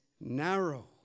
narrow